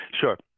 Sure